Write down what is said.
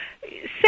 say